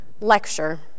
lecture